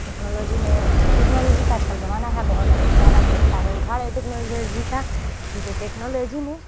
technology میں technology کا آج کل زمانہ ہے بہت جیادہ ہم لوگ فائدہ اٹھا رہے ٹیکنالوجی کا کیونکہ ٹیکنالوجی میں